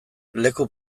leku